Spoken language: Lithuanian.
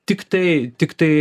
tiktai tiktai